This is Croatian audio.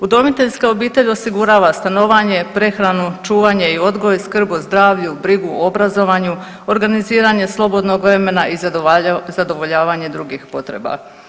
Udomiteljska obitelj osigurava stanovanje, prehranu, čuvanje i odgoj, skrb o zdravlju, brigu o obrazovanju, organiziranje slobodnog vremena i zadovoljavanje drugih potreba.